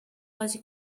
was